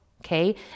Okay